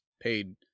paid